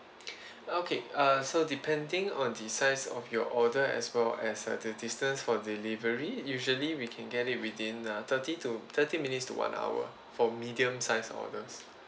okay uh so depending on the size of your order as well as the distance for delivery usually we can get it within err thirty to thirty minutes to one hour for medium sized orders